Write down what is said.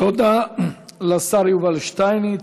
תודה לשר יובל שטייניץ.